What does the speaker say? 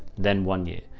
then one year.